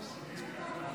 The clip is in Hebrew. ההצבעה: